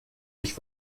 ich